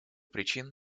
причин